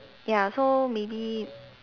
ya so maybe